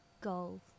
goal